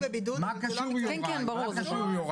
מה קשור יוראי,